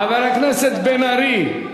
חבר הכנסת בן-ארי.